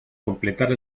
completar